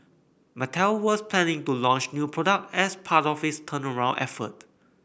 Mattel was planning to launch new product as part of its turnaround effort